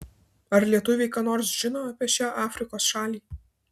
ar lietuviai ką nors žino apie šią afrikos šalį